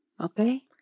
Okay